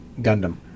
Gundam